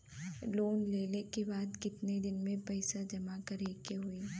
Loan लेले के बाद कितना दिन में पैसा जमा करे के होई?